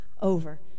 over